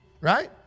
Right